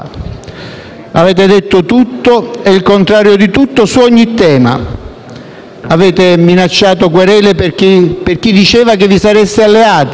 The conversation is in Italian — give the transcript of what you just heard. Avete detto tutto e il contrario di tutto su ogni tema; avete minacciato querele per chi diceva che vi sareste alleati;